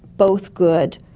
both good,